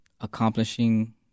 accomplishing